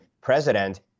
president